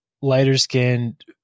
lighter-skinned